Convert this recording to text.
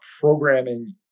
programming